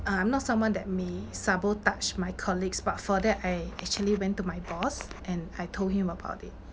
uh I am not someone that may sabotage my colleagues but for that I actually went to my boss and I told him about it